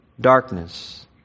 darkness